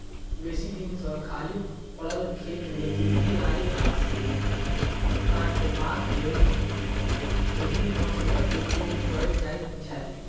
बेसी दिन सॅ खाली पड़ल खेत मे उगि आयल घास के काटबाक लेल एहि मशीनक उपयोग कयल जाइत छै